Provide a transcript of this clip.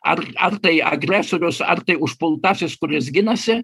ar ar tai agresorius ar tai užpultasis kuris ginasi